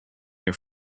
your